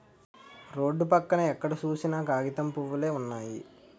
road పక్కన ఎక్కడ సూసినా కాగితం పూవులే వున్నయి